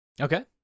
Okay